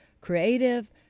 creative